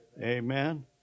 Amen